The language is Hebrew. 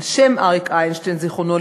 על שם אריק איינשטיין ז"ל,